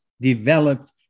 developed